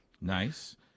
Nice